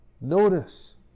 Notice